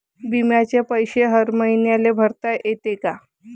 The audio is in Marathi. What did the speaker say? बिम्याचे पैसे हर मईन्याले भरता येते का?